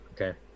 Okay